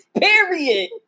Period